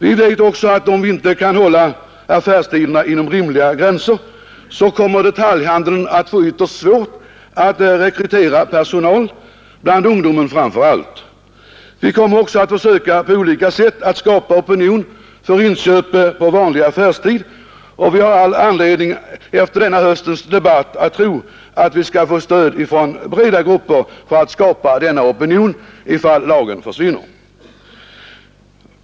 Vi vet också att om vi inte kan hålla affärstiderna inom rimliga gränser, så kommer detaljhandeln att få ytterst svårt att rekrytera personal, framför allt bland ungdomen. Vi kommer också att försöka att på olika sätt skapa opinion för inköp på vanlig affärstid, och vi har efter denna höstens debatt all anledning att tro att vi skall få stöd från breda grupper för att skapa denna opinion, om lagen försvinner.